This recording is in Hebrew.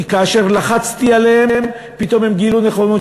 כי כאשר לחצתי עליהם פתאום הם גילו נכונות,